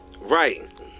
Right